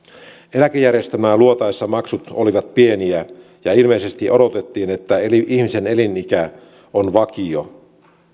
eläkejärjestelmää luotaessa maksut olivat pieniä ja ilmeisesti odotettiin että ihmisen elinikä on vakio